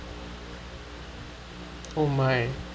oh my